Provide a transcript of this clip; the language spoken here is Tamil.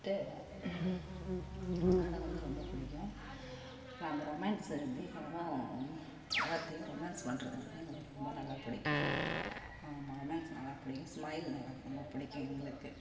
வந்துவிட்டு அந்த நாடகம் வந்து ரொம்ப பிடிக்கும் அந்த ரொமான்ஸ்ஸு தீபாவும் கார்த்தியும் ரொமான்ஸ் பண்ணுறது வந்து எங்களுக்கு ரொம்ப நல்லா பிடிக்கும் ரொமான்ஸ் நல்லா பிடிக்கும் ஸ்மைல் நல்லா ரொம்ப பிடிக்கும் எங்களுக்கு